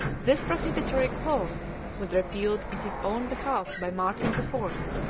this prohibitory clause was repealed in his own behalf by martin the fourth,